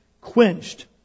quenched